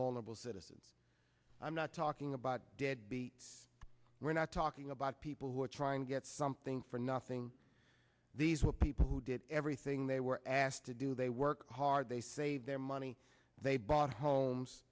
vulnerable citizens i'm not talking about deadbeats we're not talking about people who are trying to get something for nothing these were people who did everything they were asked to do they work hard they saved their money they bought homes